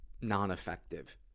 non-effective